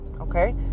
Okay